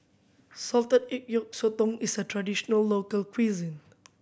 salted egg yolk sotong is a traditional local cuisine